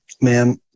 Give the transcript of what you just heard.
ma'am